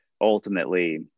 ultimately